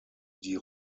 die